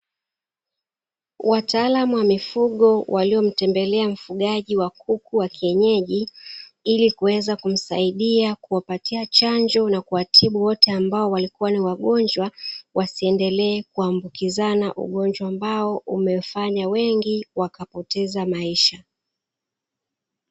Wataalamu wa mifugo waliomtembelea mfugaji wa kuku wa kienyeji, ili kuweza kumsaidia kuwapatia chanjo na kuwatibu wote ambao walikuwa ni wagonjwa wasiendele kuambukizana ugonjwa ambao umefanya wengi wakapoteza maisha.